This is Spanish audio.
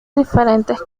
diferentes